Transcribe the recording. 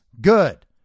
good